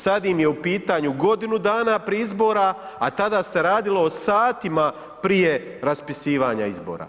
Sada im je u pitanju godinu dana prije izbora, a tada se radilo o satima prije raspisivanja izbora.